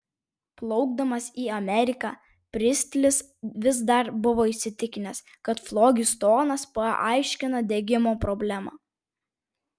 plaukdamas į ameriką pristlis vis dar buvo įsitikinęs kad flogistonas paaiškina degimo problemą